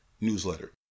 newsletter